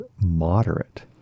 moderate